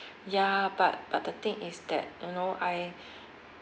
ya but but the thing is that you know I